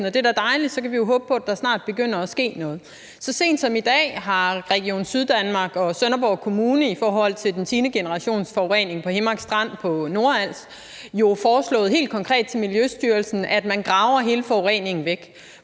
og det er dejligt, for så kan vi håbe på, at der snart begynder at ske noget. Så sent som i dag har Region Syddanmark og Sønderborg Kommune i forhold til den tiende generationsforurening på Himmark Strand på Nordals helt konkret foreslået Miljøstyrelsen, at man graver hele forureningen væk.